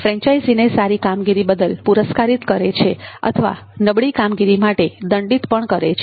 ફ્રેન્ચાઇઝીને સારી કામગીરી બદલ પુરસ્કારીત કરે છે અથવા નબળી કામગીરી માટે દંડિત પણ કરે છે